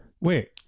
wait